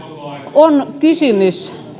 on kysymys